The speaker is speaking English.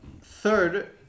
third